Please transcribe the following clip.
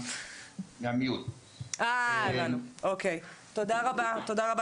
מסלול אקדמי או לא,